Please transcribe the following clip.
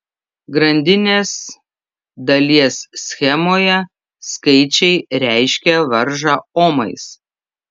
grandinės dalies schemoje skaičiai reiškia varžą omais